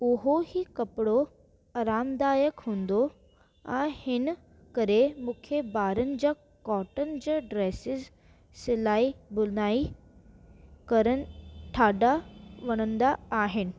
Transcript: उहो ई कपिड़ो आरामदायक हूंदा आहिनि करे मूंखे बारनि जा कॉटन जा ड्रेसीस सिलाई बुनाई करण डाढा वणंदा आहिनि